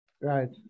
Right